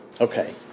Okay